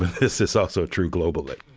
this is also true globally.